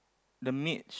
the mitch